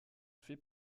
fait